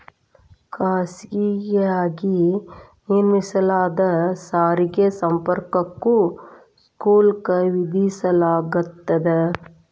ಖಾಸಗಿಯಾಗಿ ನಿರ್ಮಿಸಲಾದ ಸಾರಿಗೆ ಸಂಪರ್ಕಕ್ಕೂ ಶುಲ್ಕ ವಿಧಿಸಲಾಗ್ತದ